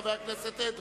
חבר הכנסת אדרי?